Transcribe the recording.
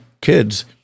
kids